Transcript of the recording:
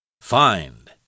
Find